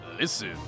Listen